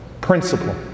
principle